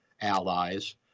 allies